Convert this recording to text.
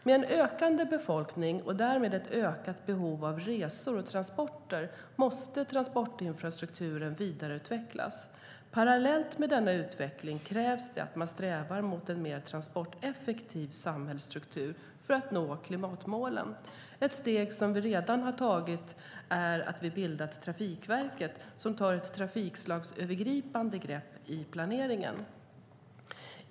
Med en ökande befolkning och därmed ett ökat behov av resor och transporter måste transportinfrastrukturen vidareutvecklas. Parallellt med denna utveckling krävs det att man strävar mot en mer transporteffektiv samhällsstruktur för att nå klimatmålen. Ett steg som vi redan har tagit är att vi har bildat Trafikverket, som tar ett trafikslagsövergripande grepp i planeringen.